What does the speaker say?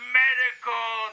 medical